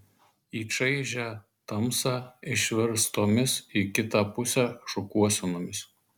į čaižią tamsą išverstomis į kitą pusę šukuosenomis